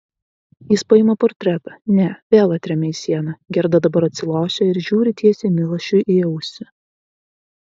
jis paima portretą ne vėl atremia į sieną gerda dabar atsilošia ir žiūri tiesiai milašiui į ausį